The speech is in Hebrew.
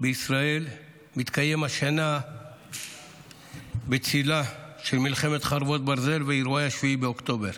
בישראל מתקיים השנה בצילה של מלחמת חרבות ברזל ואירועי 7 באוקטובר.